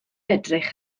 edrych